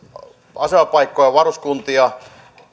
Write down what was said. asemapaikkoja ja varuskuntia